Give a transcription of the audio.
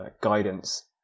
guidance